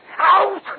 Out